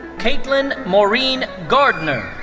kaitlin maureen gardner.